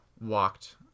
walked